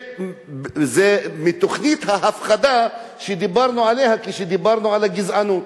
זה מתוכנית ההפחדה שדיברנו עליה כשדיברנו על הגזענות.